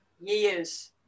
years